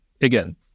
Again